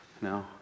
No